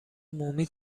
مومی